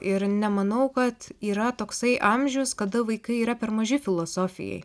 ir nemanau kad yra toksai amžius kada vaikai yra per maži filosofijai